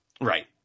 Right